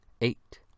Eight